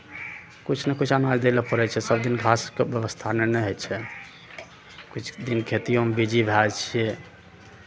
किछु ने किछु अनाज दै लेल पड़ै छै सभदिन घासके व्यवस्था नहि ने होइ छै किछु दिन खेतिओमे बिजी भए जाइ छियै